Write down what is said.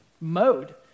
mode